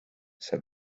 said